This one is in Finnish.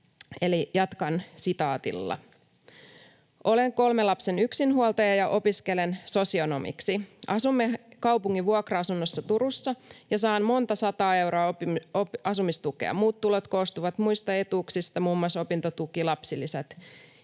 jatkan sitaatilla: ”Olen kolmen lapsen yksinhuoltaja, ja opiskelen sosionomiksi. Asumme kaupungin vuokra-asunnossa Turussa, ja saan monta sataa euroa asumistukea. Muut tulot koostuvat muista etuuksista, muun muassa opintotuki, lapsilisät